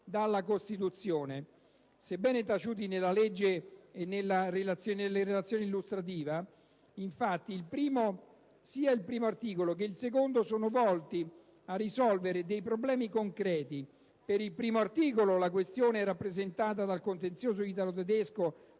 dalla Costituzione. Sebbene taciuti nella legge e nella relazione illustrativa, infatti, sia il primo articolo che il secondo sono volti a risolvere dei problemi concreti: per il primo articolo la questione è rappresentata dal contenzioso italo-tedesco